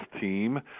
team